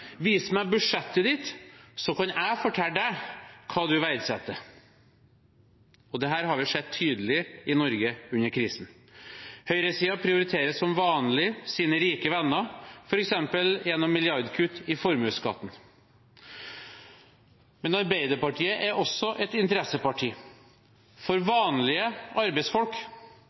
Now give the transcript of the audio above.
budsjettet ditt, så kan jeg fortelle deg hva du verdsetter. Dette har vi sett tydelig i Norge under krisen. Høyresiden prioriterer som vanlig sine rike venner, f.eks. gjennom milliardkutt i formuesskatten. Arbeiderpartiet er også et interesseparti – for vanlige arbeidsfolk.